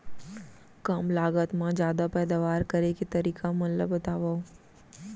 कम लागत मा जादा पैदावार करे के तरीका मन ला बतावव?